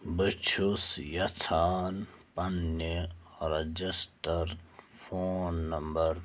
بہٕ چھُس یَژھان پننہِ رجسٹر فون نمبر